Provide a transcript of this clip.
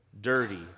dirty